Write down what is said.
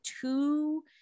two